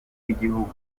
w’igihugu